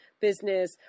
business